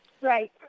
Right